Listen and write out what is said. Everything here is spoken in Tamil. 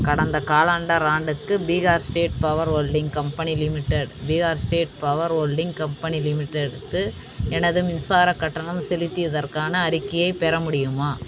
கடந்த காலண்டர் ஆண்டுக்கு Bihar state power holding company limited Bihar state power holding company லிமிட்டெடுக்கு எனது மின்சாரக் கட்டணம் செலுத்தியதற்கான அறிக்கையைப் பெற முடியுமா